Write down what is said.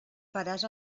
faràs